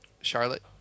Charlotte